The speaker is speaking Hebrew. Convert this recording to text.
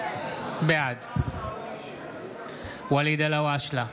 בעד ואליד אלהואשלה,